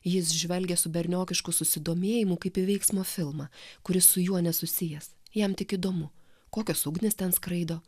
jis žvelgia su berniokišku susidomėjimu kaip į veiksmo filmą kuris su juo nesusijęs jam tik įdomu kokios ugnys ten skraido